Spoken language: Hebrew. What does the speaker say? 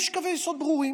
יש קווי יסוד ברורים